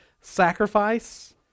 sacrifice